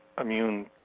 immune